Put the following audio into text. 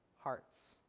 hearts